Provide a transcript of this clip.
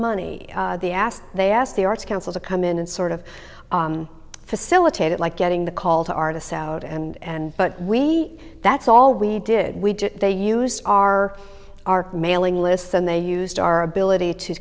money they asked they asked the arts council to come in and sort of facilitate it like getting the call to artists out and but we that's all we did we did they use our arc mailing lists and they used our ability to